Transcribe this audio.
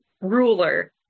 ruler